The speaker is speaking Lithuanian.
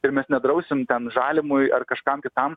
ir mes nedrausim ten žalimui ar kažkam kitam